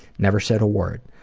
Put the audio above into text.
never said a word.